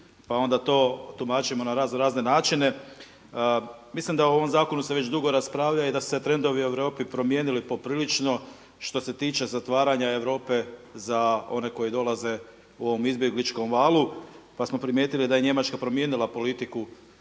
pa onda to tumačimo na razno-razne načine. Mislim da o ovom zakonu se već dugo raspravlja i da su se trendovi u Europi promijenili poprilično što se tiče zatvaranja Europe za one koji dolaze u ovom izbjegličkom valu. Pa smo primijetili da je Njemačka promijenila politiku